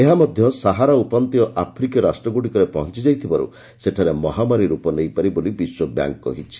ଏହା ମଧ୍ୟ ସାହାରା ଉପାନ୍ତ ଆଫ୍ରିକୀୟ ରାଷ୍ଟ୍ରଗୁଡ଼ିକରେ ପହଞ୍ଚି ଯାଇଥିବାରୁ ସେଠାରେ ମହାମାରୀ ରୂପ ନେଇପାରେ ବୋଲି ବିଶ୍ୱ ବ୍ୟାଙ୍କ୍ କହିଛି